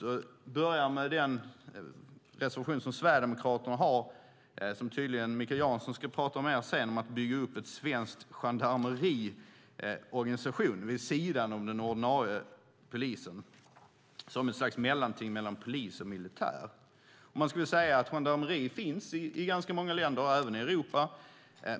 Jag börjar med Sverigedemokraternas reservation, som tydligen Mikael Jansson ska prata mer om här senare, om att bygga upp en svensk gendarmeriorganisation vid sidan om den ordinarie polisen, som ett slags mellanting mellan polis och militär. Gendarmeri finns i ganska många länder, även i Europa.